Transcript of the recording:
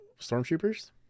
Stormtroopers